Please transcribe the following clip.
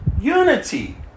unity